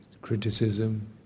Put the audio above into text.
criticism